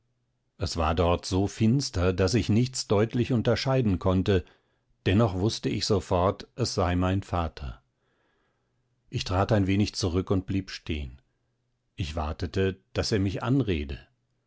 es war dort so finster daß ich nichts deutlich unterscheiden konnte dennoch wußte ich sofort es sei mein vater ich trat ein wenig zurück und blieb stehen ich wartete daß er mich anrede